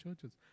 churches